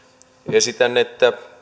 esitän että